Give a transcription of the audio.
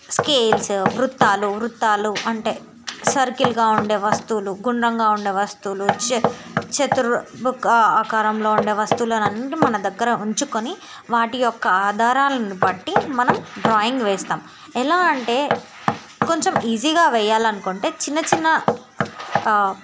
scales వృత్తాలు అంటే సర్కిల్గా ఉండే వస్తువులు గుండ్రంగా ఉండే వస్తువులు చతుర్ముఖ ఆకారంలో ఉండే వస్తువులన్నీ మన దగ్గర ఉంచుకొని వాటి యొక్క ఆధారాలను బట్టి మనం డ్రాయింగ్ వేస్తాం ఎలా అంటే కొంచెం ఈజీగా వేయాలనుకుంటే చిన్న చిన్న